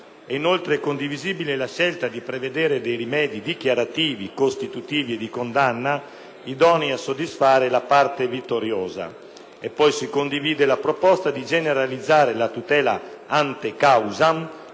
]inoltre condivisibile la scelta di prevedere dei rimedi dichiarativi, costitutivi di condanna e idonei a soddisfare la parte vittoriosa. Si condivide poi la proposta di generalizzare la tutela ante causam,